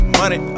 money